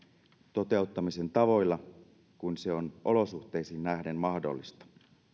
toteuttamisen tavoilla kuin se on olosuhteisiin nähden mahdollista